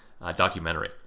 documentary